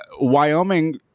Wyoming